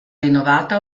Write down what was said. rinnovata